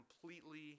completely